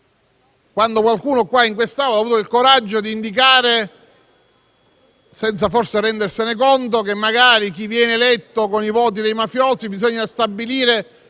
quando qualcuno in questa Aula ha avuto il coraggio di indicare, senza forse rendersene conto, che magari per chi viene eletto con i voti dei mafiosi, bisogna stabilire